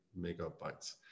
megabytes